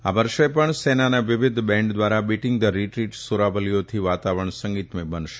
આ વર્ષે પણ સેનાના વિવિધ બેંડ ધ્વારા બીટીંગ ધ રીટ્રીટ સુરાવલીઓથી વાતાવરણ સંગીતમય બનશે